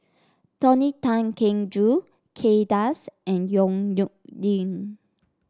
Tony Tan Keng Joo Kay Das and Yong Nyuk Lin